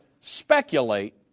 Speculate